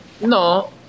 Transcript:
No